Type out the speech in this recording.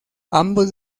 ambos